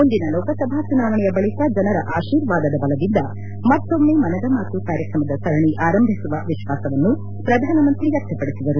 ಮುಂದಿನ ಲೋಕಸಭಾ ಚುನಾವಣೆಯ ಬಳಿಕ ಜನರ ಆಶೀರ್ವಾದದ ಬಲದಿಂದ ಮತ್ತೊಮ್ಮೆ ಮನದ ಮಾತು ಕಾರ್ಯಕ್ರಮದ ಸರಣಿ ಆರಂಭಿಸುವ ವಿಶ್ವಾಸವನ್ನು ಪ್ರಧಾನಮಂತ್ರಿ ವ್ಯಕ್ತಪದಿಸಿದರು